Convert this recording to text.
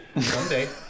someday